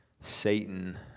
Satan